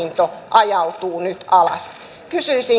ajautuu nyt alas kysyisinkin työministeriltä